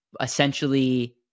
essentially